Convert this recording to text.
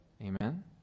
Amen